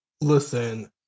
listen